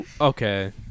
okay